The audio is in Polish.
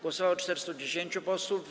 Głosowało 410 posłów.